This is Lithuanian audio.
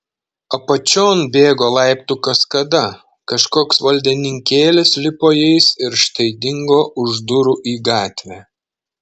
apačion bėgo laiptų kaskada kažkoks valdininkėlis lipo jais ir štai dingo už durų į gatvę